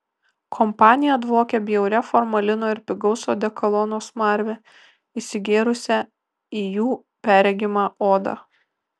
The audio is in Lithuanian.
kompanija dvokė bjauria formalino ir pigaus odekolono smarve įsigėrusią į jų perregimą odą